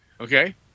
Okay